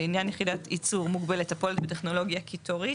לעניין יחידת ייצור מוגבלת הפועלת בטכנולוגיה קיטורית